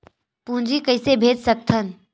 पूंजी कइसे भेज सकत हन?